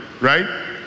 right